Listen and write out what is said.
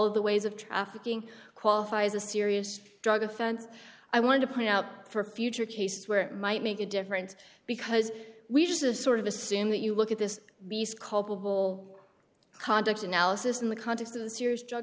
of the ways of trafficking qualify as a serious drug offense i want to point out for future cases where it might make a difference because we just sort of assume that you look at this piece culpable conduct analysis in the context of the serious drug